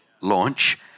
launch